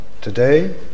today